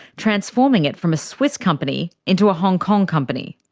transforming it from a swiss company into a hong kong company.